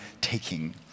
taking